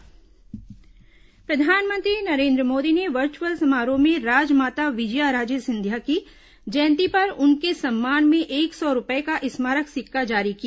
प्रधानमंत्री स्मारक सिक्का प्रधानमंत्री नरेन्द्र मोदी ने वर्चुअल समारोह में राजमाता विजया राजे सिंधिया की जयंती पर उनके सम्मान में एक सौ रुपए का स्मारक सिक्का जारी किया